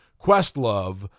Questlove